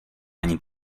ani